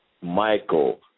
Michael